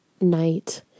night